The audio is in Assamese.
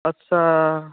আচ্ছা